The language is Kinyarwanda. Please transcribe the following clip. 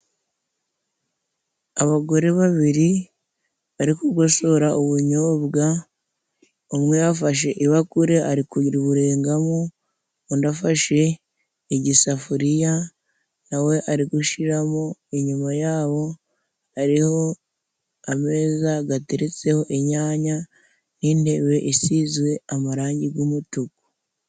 Abagore babiri bari kugosora ubunyobwa. Umwe yafashe ibakure ari kuyiburengamo undi afashe igisafuriya na we ari gushiramo. Inyuma yabo hariho ameza gateretseho inyanya, n'intebe isizwe amarangi g'umutuku.